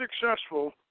successful